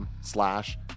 slash